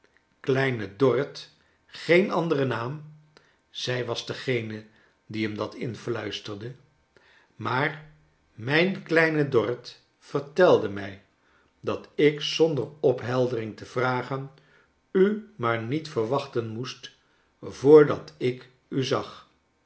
kleine dorrit geen anderen naam zij was degene die hem dat influisterde maar mijn kleine dorrit vertelde mij dat ik zonder opheldering te vragen u maar niet verwachten moest voordat ik u zag